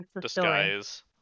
disguise